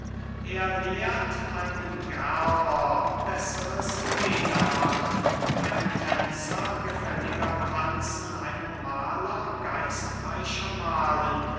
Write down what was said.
er lehrt einen gerber besseres leder machen einen tänzer gefälliger tanzen einen mahler geistreicher mahlen